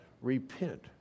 Repent